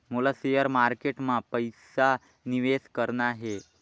मोला share market मां पइसा निवेश करना हे?